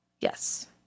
Yes